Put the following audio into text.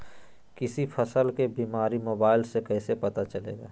किसी फसल के बीमारी मोबाइल से कैसे पता चलेगा?